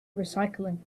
recycling